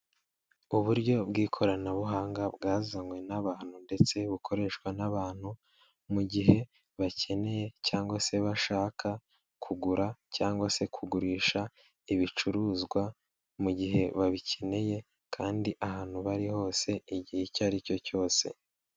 Uburyo bw'ikoranabuhanga bwazanywe n'abantu ndetse bukoreshwa n'abantu mu gihe bakeneye cyangwa se bashaka kugura cyangwa se kugurisha ibicuruzwa, mu gihe babikeneye kandi ahantu bari hose, igihe icyo aricyo cyose.